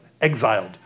exiled